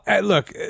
look